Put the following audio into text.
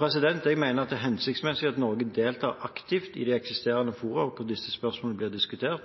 Jeg mener at det er hensiktsmessig at Norge deltar aktivt i de eksisterende fora hvor disse spørsmålene blir diskutert,